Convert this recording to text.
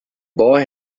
boy